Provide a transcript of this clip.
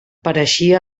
pareixia